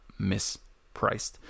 mispriced